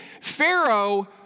Pharaoh